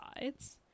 sides